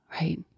right